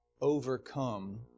overcome